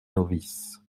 novice